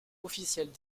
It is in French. officiels